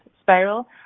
spiral